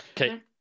okay